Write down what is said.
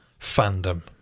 fandom